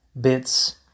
bits